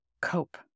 cope